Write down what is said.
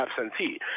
absentee